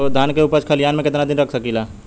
धान के उपज खलिहान मे कितना दिन रख सकि ला?